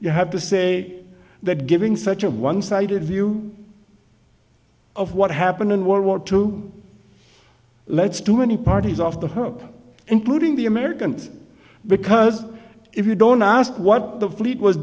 you have to say that giving such a one sided view of what happened in world war two let's too many parties off the hook up including the americans because if you don't ask what the fleet was